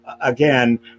again